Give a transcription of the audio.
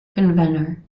convenor